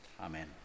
Amen